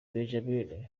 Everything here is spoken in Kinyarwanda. benjame